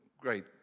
great